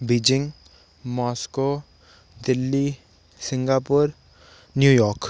Beijing Moscow Delhi Singapore New York